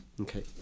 Okay